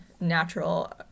natural